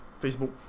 Facebook